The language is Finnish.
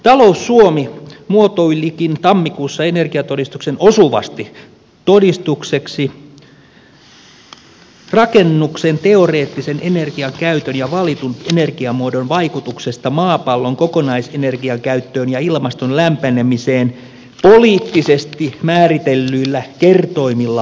taloussuomi muotoilikin tammikuussa energiatodistuksen osuvasti todistukseksi rakennuksen teoreettisen energiankäytön ja valitun energiamuodon vaikutuksesta maapallon kokonaisenergiankäyttöön ja ilmaston lämpenemiseen poliittisesti määritellyillä kertoimilla painotettuna